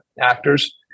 actors